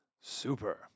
Super